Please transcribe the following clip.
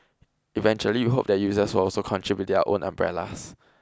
eventually we hope that users will also contribute their own umbrellas